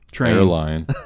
airline